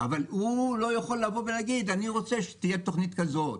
אבל הוא לא יכול לבוא ולהגיד: אני רוצה שתהיה תוכנית כזאת,